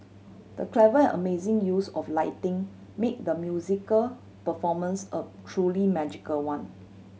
the clever amazing use of lighting made the musical performance a truly magical one